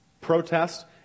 protest